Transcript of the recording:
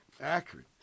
Accurate